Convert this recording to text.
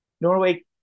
Norway